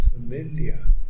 familiar